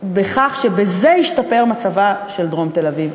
שבזה ישתפר מצבה של דרום תל-אביב.